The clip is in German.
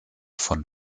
von